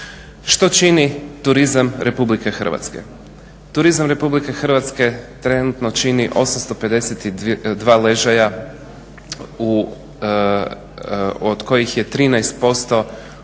Što čini turizam Republike Hrvatske? Turizam Republike Hrvatske trenutno čini 852 ležaja od kojih je 13 postao